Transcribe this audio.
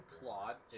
plot